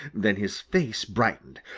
then his face brightened.